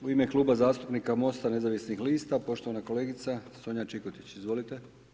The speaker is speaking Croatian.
U ime Kluba zastupnika MOST-a nezavisnih lista poštovana kolegica Sonja Čikotić, izvolite.